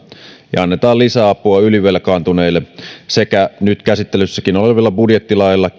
ja annetaan lisäapua ylivelkaantuneille sekä kiristetään rangaistuspolitiikkaa nyt käsittelyssäkin olevilla budjettilaeilla